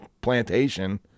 plantation